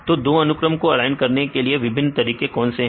तो दो अनुक्रम को ऑलाइन करने के लिए विभिन्न तरीके कौन से हैं